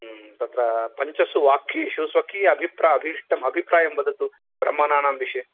तत्र पञ्चसु वाक्येषु स्वकीय अभीष्टम् अभिप्रायं वदतु प्रमानानां विषये